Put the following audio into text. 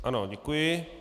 Ano, děkuji.